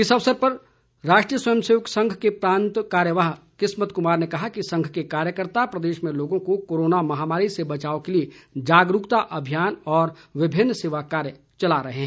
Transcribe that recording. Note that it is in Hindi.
इस अवसर पर राष्ट्रीय स्वयं सेवक संघ के प्रांत कार्यवाह किस्मत कुमार ने कहा कि संघ के कार्यकर्ता प्रदेश में लोगों को कोरोना महामारी से बचाव के लिए जागरूकता अभियान व विभिन्न सेवा कार्य चला रहे हैं